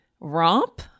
romp